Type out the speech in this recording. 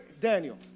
Daniel